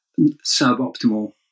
suboptimal